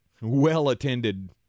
well-attended